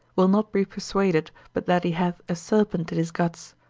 will not be persuaded but that he hath a serpent in his guts,